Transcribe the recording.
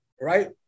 right